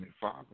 Father